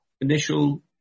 initial